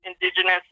Indigenous